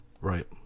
right